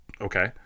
okay